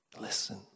Listen